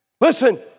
Listen